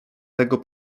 tego